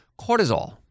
cortisol